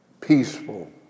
peaceful